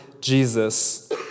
Jesus